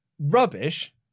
rubbish